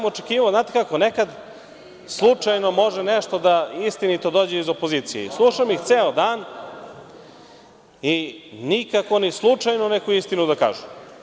Očekivao sam, znate kako, nekad slučajno može nešto da istinito dođe iz opozicije, slušam ih ceo dan i nikako ni slučajno neku istinu da kažu.